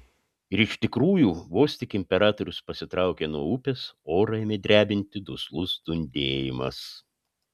ir iš tikrųjų vos tik imperatorius pasitraukė nuo upės orą ėmė drebinti duslus dundėjimas